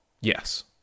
Yes